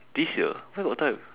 this year where got time